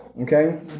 Okay